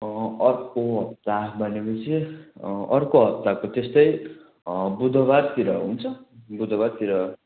अर्को हप्ता भनेपछि अर्को हप्ताको त्यस्तै बुधबारतिर हुन्छ बुधबारतिर